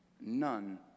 None